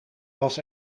was